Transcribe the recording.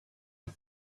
her